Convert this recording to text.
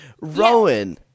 Rowan